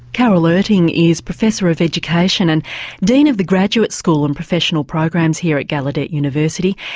carol erting is professor of education and dean of the graduate school and professional programs here at gallaudet university.